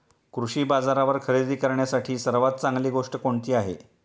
कृषी बाजारावर खरेदी करण्यासाठी सर्वात चांगली गोष्ट कोणती आहे?